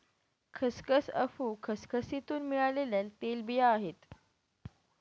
खसखस अफू खसखसीतुन मिळालेल्या तेलबिया आहे